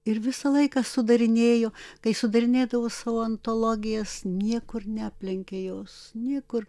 ir visą laiką sudarinėjo kai sudarinėdavo savo antologijas niekur neaplenkė jos niekur